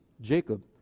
Jacob